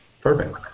Perfect